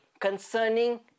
concerning